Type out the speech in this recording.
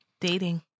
Dating